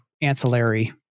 ancillary